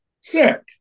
sick